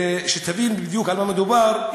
תבין בדיוק על מה מדובר.